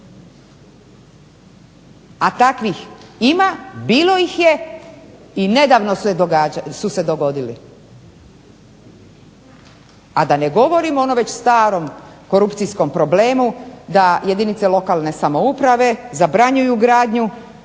A takvih ima, bilo ih je i nedavno su se dogodili. A da ne govorim o onom već starom korupcijskom problemu da jedinice lokalne samouprave zabranjuju gradnju,